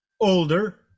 older